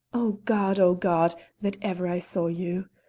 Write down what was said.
oh god! oh god! that ever i saw you!